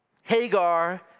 Hagar